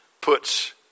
puts